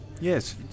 yes